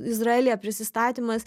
izraelyje prisistatymas